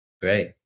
great